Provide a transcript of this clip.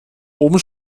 oben